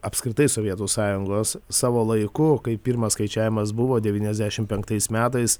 apskritai sovietų sąjungos savo laiku kai pirmas skaičiavimas buvo devyniasdešim penktais metais